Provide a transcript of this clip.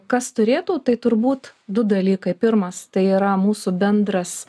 kas turėtų tai turbūt du dalykai pirmas tai yra mūsų bendras